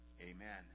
Amen